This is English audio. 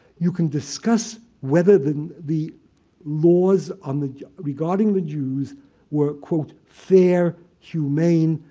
you can discuss whether the the laws on the regarding the jews were, quote, fair, humane,